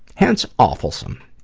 hence awfulsome.